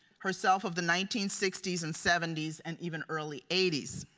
herself of the nineteen sixty s and seventy s and even early eighty s.